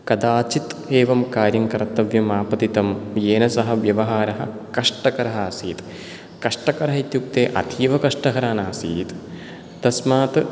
कदाचित् एवं कार्यं कर्तव्यम् आपतितं येन सह व्यवहारः कष्टकरः आसीत् कष्टकरः इत्युक्ते अतीवकष्टहरः नासीत् तस्मात्